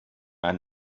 ein